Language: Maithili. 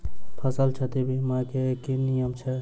फसल क्षति बीमा केँ की नियम छै?